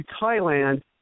Thailand